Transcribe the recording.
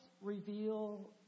reveal